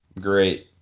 great